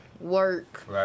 work